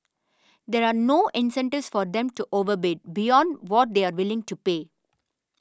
there are no incentives for them to overbid beyond what they are willing to pay